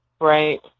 right